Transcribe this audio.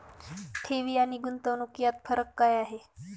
ठेवी आणि गुंतवणूक यात फरक काय आहे?